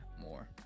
more